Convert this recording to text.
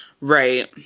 Right